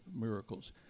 miracles